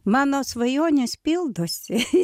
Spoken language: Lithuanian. mano svajonės pildosi